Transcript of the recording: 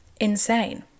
insane